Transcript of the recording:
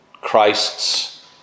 Christ's